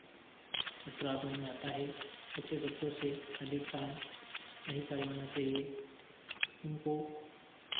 अपराधों में आता है छोटे बच्चों से अधिक काम नहीं करवाना चाहिए उनको